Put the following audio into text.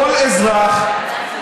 כל אזרח,